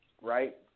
right